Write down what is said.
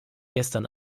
gestern